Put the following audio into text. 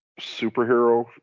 superhero